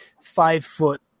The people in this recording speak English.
five-foot